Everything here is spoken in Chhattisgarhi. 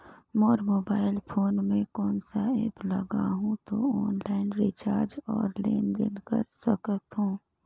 मोर मोबाइल फोन मे कोन सा एप्प लगा हूं तो ऑनलाइन रिचार्ज और लेन देन कर सकत हू?